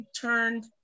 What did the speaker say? turned